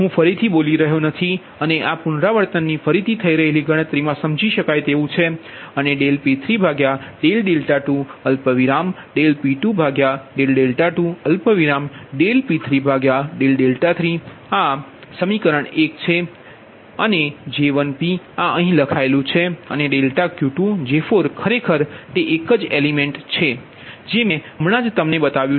હું ફરીથી બોલી રહ્યો નથી અને આ પુનરાવર્તનની ફરીથી થઇ રહેલી ગણતરીમા સમજી શકાય તેવું છે અનેP32 P22 P33આ ∆Pδ2∆3સમીકરણ 1 મેં લીધું છે અને J1pઆ અહીં લખાયેલું છે અને ∆Q2J4ખરેખર તે એક જ તત્વ છે જે મેં હમણાં જ તમને બતાવ્યું છે